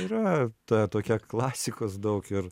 yra ta tokia klasikos daug ir